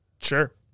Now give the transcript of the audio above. Sure